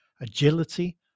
agility